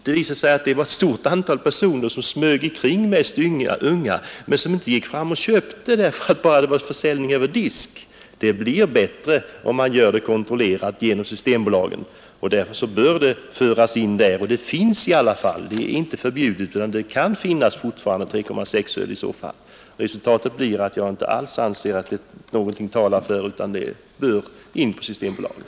Det visade sig att det var ett stort antal personer, rätt unga, som smög omkring men som inte gick fram och köpte därför att det var försäljning över disk. Det blir bättre om man säljer kontrollerat genom Systembolaget, och därför bör mellanölet föras över dit. Det kan där fortfarande finnas 3,6-procentigt öl — det blir inte förbjudet. Jag anser alltså att mellanölet skall säljas endast hos Systembolaget.